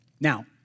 Now